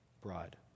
bride